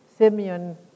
Simeon